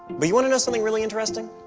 but you want to know something really interesting?